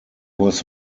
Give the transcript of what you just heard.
was